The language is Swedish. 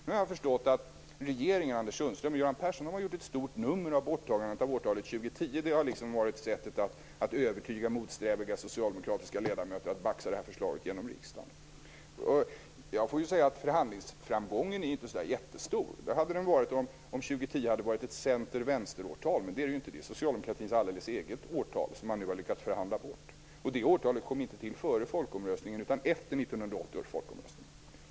Nu har jag förstått att regeringen, Göran Persson och Anders Sundström har gjort ett stort nummer av borttagandet av årtalet 2010. Det var varit sättet att övertyga motsträviga socialdemokratiska ledamöter att baxa det här förslaget igenom i riksdagen. Förhandlingsframgången är inte så där jättestor. Det hade den varit om året 2010 hade varit ett Centern Vänstern-årtal, men det är inte det. Det är socialdemokratins alldeles eget årtal som man nu har lyckats förhandla bort, och det årtalet kom inte till före folkomröstningen utan efter 1980 års folkomröstning.